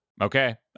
Okay